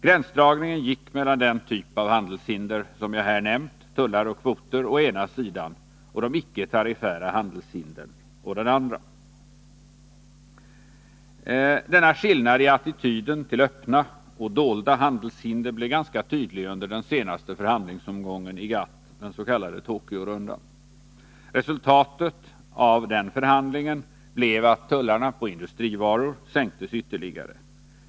Gränsdragningen gick mellan den typ av handelshinder som jag nu här nämnt — tullar och kvoter — å ena sidan och de icke-tariffära å den andra. Denna skillnad i attityden till öppna och dolda handelshinder blev ganska tydlig under den senaste förhandlingsomgången i GATT, den s.k. Tokyorundan. Resultatet av den förhandlingen blev att tullarna på industrivaror sänktes ytterligare.